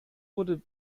wurde